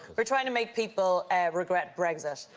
we're trying to make people regret brexit.